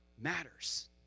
matters